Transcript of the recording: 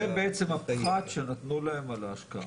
זה בעצם הפחת שנתנו להם על ההשקעה,